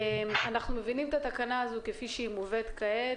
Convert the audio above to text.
מבינים את התקנה הזאת כפי שהיא מובאת כעת,